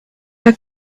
her